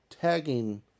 tagging